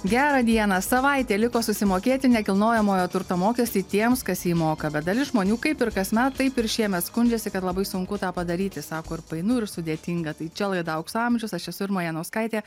gerą dieną savaitė liko susimokėti nekilnojamojo turto mokestį tiems kas jį moka bet dalis žmonių kaip ir kasmet taip ir šiemet skundžiasi kad labai sunku tą padaryti sako ir painu ir sudėtinga tai čia laida aukso amžius aš esu irma janauskaitė